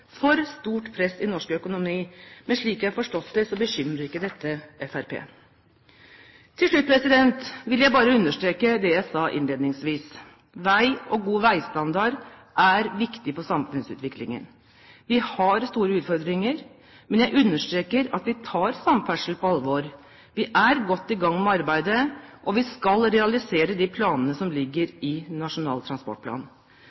for stort press i norsk økonomi. Men slik jeg har forstått det, bekymrer ikke dette Fremskrittspartiet. Til slutt vil jeg bare understreke det jeg sa innledningsvis: Vei og god veistandard er viktig for samfunnsutviklingen. Vi har store utfordringer, men jeg understreker at vi tar samferdsel på alvor, vi er godt i gang med arbeidet, og vi skal realisere de planene som